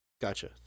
Gotcha